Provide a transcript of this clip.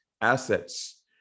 assets